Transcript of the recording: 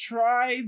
Try